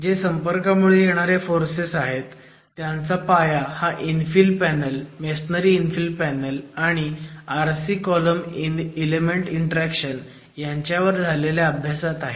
हे संपर्कामुळे येणारे फोर्सेस जे आहेत त्यांचा पाया हा infill panel masonry infill panel आणि RC कॉलम इलेमेंट इंटरॅक्शन यांच्यावर झालेल्या अभ्यासात आहे